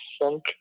funk